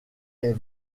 est